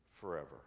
forever